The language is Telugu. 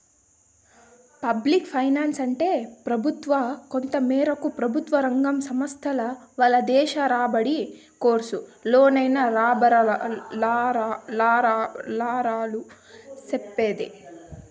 పబ్లిక్ ఫైనాన్సంటే పెబుత్వ, కొంతమేరకు పెబుత్వరంగ సంస్థల వల్ల దేశం రాబడి, కర్సు, లోన్ల బారాలు సెప్పేదే